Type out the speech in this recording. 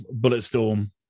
Bulletstorm